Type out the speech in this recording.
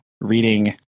reading